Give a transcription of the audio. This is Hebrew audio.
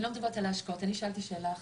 אני לא מדברת על ההשקעות, אני שאלתי שאלה אחרת.